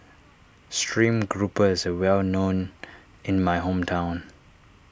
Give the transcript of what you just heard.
Stream Grouper is a well known in my hometown